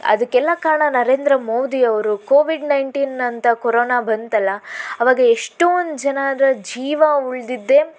ಅದಕ್ಕೆಲ್ಲ ಕಾರಣ ನರೇಂದ್ರ ಮೋದಿಯವರು ಕೋವಿಡ್ ನೈಂಟೀನಂತ ಕೊರೊನ ಬಂತಲ್ಲ ಆವಾಗ ಎಷ್ಟೊಂದು ಜನರ ಜೀವ ಉಳಿದಿದ್ದೇ